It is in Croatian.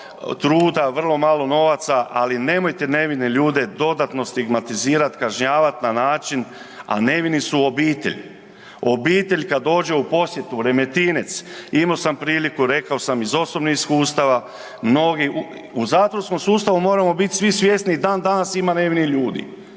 truda, vrlo malo novaca, ali nemojte nevine ljude dodatno stigmatizirati, kažnjavati na način, a nevini su obitelj. Obitelj kad dođe u posjetu u Remetinec, imao sam priliku, rekao sam iz osobnih iskustava, mnogi u zatvorskom sustavu, moramo biti svi svjesni i dan danas ima nevinih ljudi.